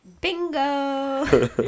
Bingo